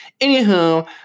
Anywho